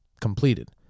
completed